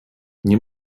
nie